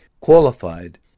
qualified